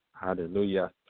Hallelujah